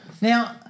Now